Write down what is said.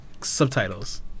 subtitles